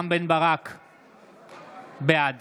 בעד